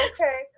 Okay